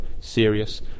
serious